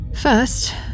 First